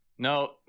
No